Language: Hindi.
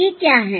ये क्या हैं